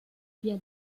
via